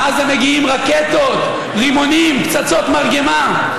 מעזה מגיעים רקטות, רימונים, פצצות מרגמה.